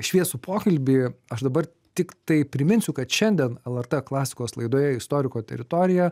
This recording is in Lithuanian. šviesų pokalbį aš dabar tik tai priminsiu kad šiandien lrt klasikos laidoje istoriko teritorija